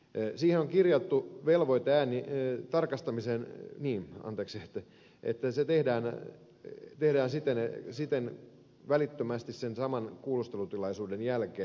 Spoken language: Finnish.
eri asia on kirjattu velvoite ei myy tarkastamiseen niin halveksi kuvatallenteeseen että se tehdään välittömästi sen saman kuulustelutilaisuuden jälkeen